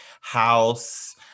house